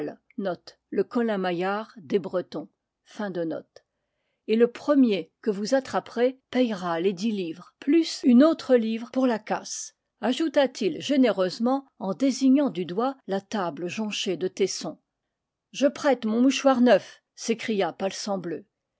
et le premier que vous attraperez payera les dix livres plus une autre livre pour la casse ajouta-t-il généreusement en désignant du doigt la table jonchée de tessons je prête mon mouchoir neuf s'écria palsambleu